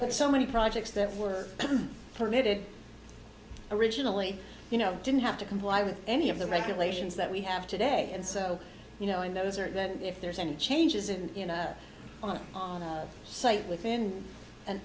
but so many projects that were permitted originally you know didn't have to comply with any of the regulations that we have today and so you know and those are that if there's any changes in the on site within an